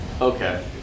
Okay